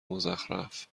مزخرف